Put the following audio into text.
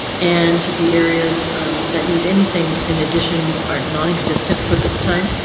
and the areas that need anything in addition are nonexistent for this time,